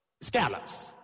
scallops